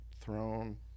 throne